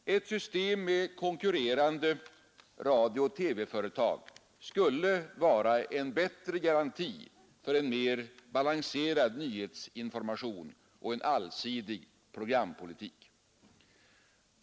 Ett system med konkurrerande radiooch TV-företag skulle vara en bättre garanti för en mer balanserad nyhetsinformation och en allsidig programpolitik.